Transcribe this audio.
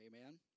amen